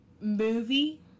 movie